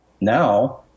Now